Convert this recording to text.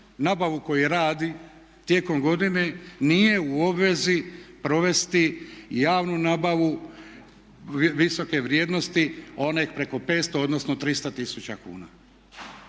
nabavu koju radi tijekom godine nije u obvezi provesti javnu nabavu visoke vrijednosti one preko 500 odnosno 300 tisuća kuna.